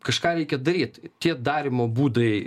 kažką reikia daryt tie darymo būdai